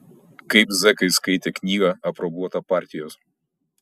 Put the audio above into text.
kaip zekai skaitė knygą aprobuotą partijos